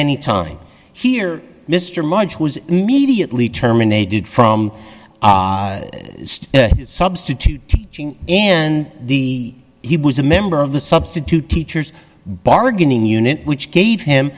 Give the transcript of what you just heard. any time here mr march was immediately terminated from substitute teaching and the he was a member of the substitute teachers bargaining unit which gave him